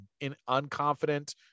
unconfident